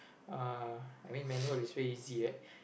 uh I mean manual is very easy right